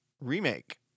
remake